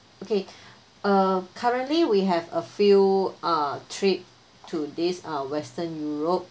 okay uh currently we have a few ah trip to this ah western europe